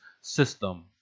system